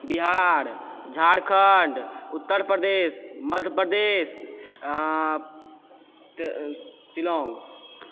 Bihar Jharkhand Uttar Pradesh Madhya Pradesh Shillong